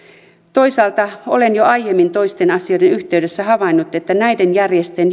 toisaalta olen jo aiemmin toisten asioiden yhteydessä havainnut että näiden järjestöjen